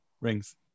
rings